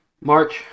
March